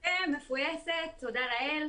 מפויסת, תודה לאל.